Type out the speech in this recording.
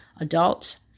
adults